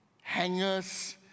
hangers